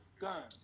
guns